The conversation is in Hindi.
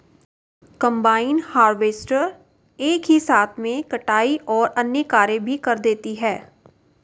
कम्बाइन हार्वेसटर एक ही साथ में कटाई और अन्य कार्य भी कर देती है